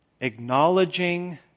Acknowledging